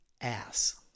ass